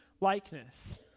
likeness